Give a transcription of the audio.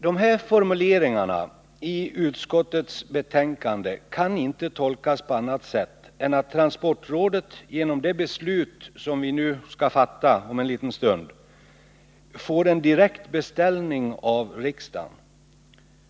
De här formuleringarna i utskottsbetänkandet kan inte tolkas på annat sätt än att transportrådet genom det beslut som vi skall fatta om en liten stund får en direkt beställning av riksdagen.